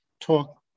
talk